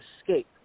Escape